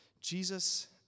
Jesus